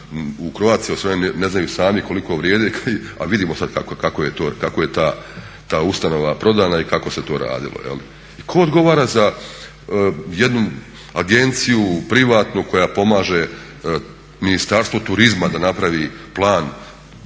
u Croatia osiguranju ne znaju sami koliko vrijedi, a vidimo sad kako je ta ustanova prodana i kako se to radilo. I tko odgovara za jednu agenciju privatnu koja pomaže Ministarstvu turizma da napravi plan